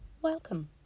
Welcome